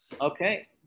Okay